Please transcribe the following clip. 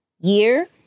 year